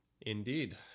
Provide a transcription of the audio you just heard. Indeed